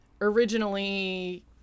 originally